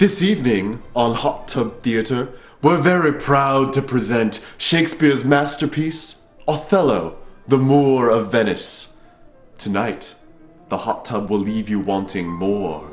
this evening on hot tub theater we're very proud to present shakespeare's masterpiece othello the more of venice tonight the hot tub will leave you wanting more